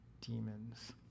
demons